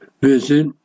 visit